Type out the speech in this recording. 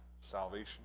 salvation